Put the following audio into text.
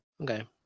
Okay